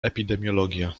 epidemiologia